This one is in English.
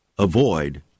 avoid